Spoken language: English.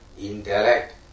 Intellect